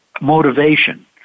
motivation